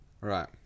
Right